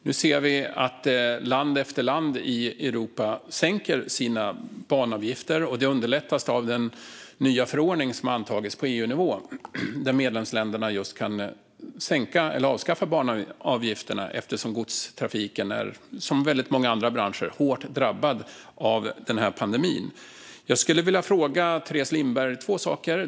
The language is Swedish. Nu ser vi att land efter land i Europa sänker sina banavgifter, vilket underlättas av den nya förordning som antagits på EU-nivå och som gör att medlemsländerna kan sänka eller avskaffa banavgifterna eftersom godstrafiken, som väldigt många andra branscher, är hårt drabbad av pandemin. Jag skulle vilja fråga Teres Lindberg två saker.